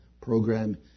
program